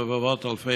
בהחלט,